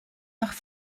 nach